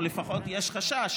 או לפחות יש חשש,